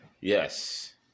Yes